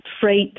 Freight